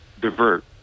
divert